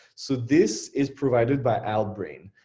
so this is provided by outbrain.